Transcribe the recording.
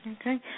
Okay